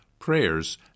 prayers